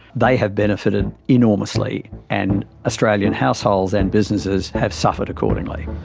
they have benefited enormously and australian households and businesses have suffered accordingly.